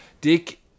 Dick